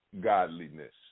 godliness